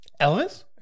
Elvis